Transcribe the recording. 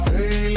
Hey